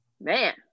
Man